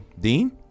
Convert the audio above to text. Dean